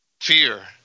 fear